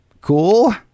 Cool